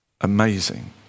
Amazing